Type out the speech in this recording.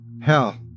Hell